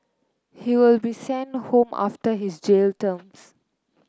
he will be sent home after his jail terms